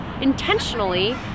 intentionally